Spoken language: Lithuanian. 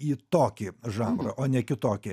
į tokį žanrą o ne kitokį